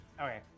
okay